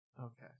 okay